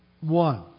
one